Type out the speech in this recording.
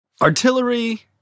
Artillery